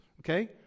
okay